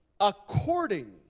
according